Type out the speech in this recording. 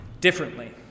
differently